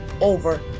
over